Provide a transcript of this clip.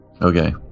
Okay